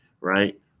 right